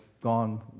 gone